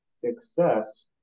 success